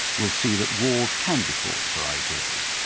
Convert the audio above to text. will see that wars can be fought for ideas.